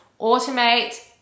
automate